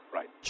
Right